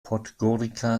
podgorica